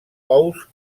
ous